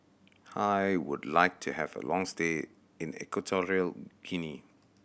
I would like to have a long stay in Equatorial Guinea